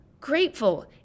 Grateful